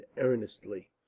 earnestly